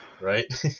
right